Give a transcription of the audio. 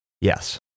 Yes